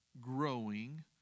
growing